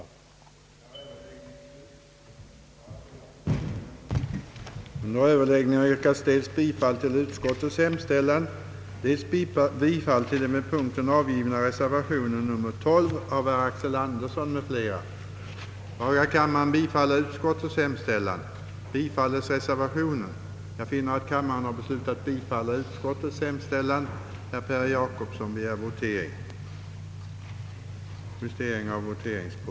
a. att besluta, att sådana anställningseller arbetsvillkor för särskolchef, studierektor, tillsynslärare och huvudlärare vid landstings eller stads utanför landstings särskola, som finge bestämmas genom avtal, från och med den 1 januari 1969 skulle fastställas under medverkan av Kungl. Maj:t eller myndighet som Kungl. Maj:t bestämde,